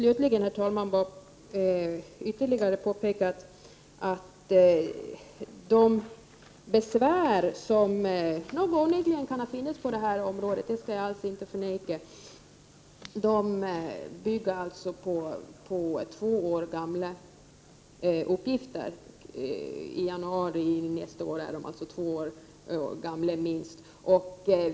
Slutligen vill jag bara ytterligare påpeka att de besvär som nog kan finnas på det här området — det skall jag alls inte förneka — bygger på uppgifter som i januari nästa år är minst två år gamla.